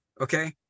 Okay